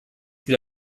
gilt